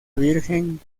virgen